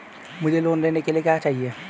मुझे लोन लेने के लिए क्या चाहिए?